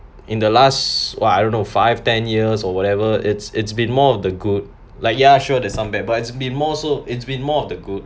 in the last !wah! I don't know five ten years or whatever it's it's been more of the good like ya sure there's some bad but it's been more so it's been more of the good